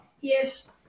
Yes